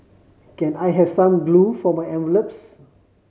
can I have some glue for my envelopes